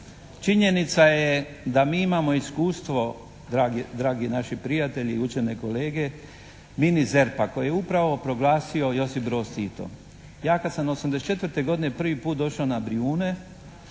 Činjenica je da mi imamo iskustvo dragi naši prijatelji i učene kolege mi iz ZERP-a koji je upravo proglasio Josip Brzo Tito. Ja kad sam '84. godine prvi put došao na Brijune